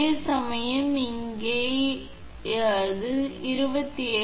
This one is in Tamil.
அதேசமயம் இங்கே அது 27